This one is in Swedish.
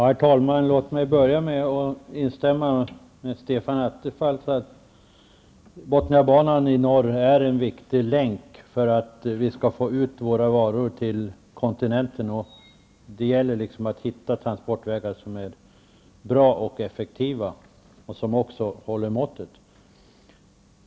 Herr talman! Låt mig börja med att instämma i det som Stefan Attefall sade om att Bottniabanan i norr är en viktig länk för att vi skall få ut våra varor till kontinenten, och det gäller att hitta transportvägar som är bra och effektiva och som också håller måttet.